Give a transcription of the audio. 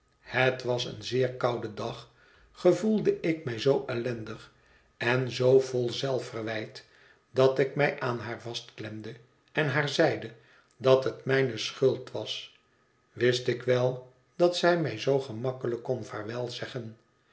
het was een zeer koude dag gevoelde ik mij zoo ellendig en zoo vol zelfverwijt dat ik mij aan haar vastklemde en haar zeide dat het mijne schuld was wist ik wel dat zij mij zoo gemakkelijk kon